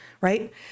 right